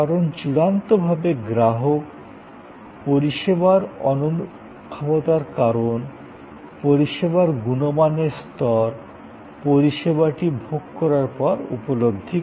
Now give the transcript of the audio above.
কারণ চূড়ান্তভাবে গ্রাহক পরিষেবার অননুভবতার কারণ পরিষেবার গুণমানের স্তর পরিষেবাটি ভোগ করার পর উপলব্ধি করে